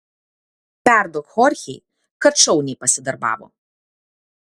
perduok chorchei kad šauniai pasidarbavo